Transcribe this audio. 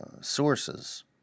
sources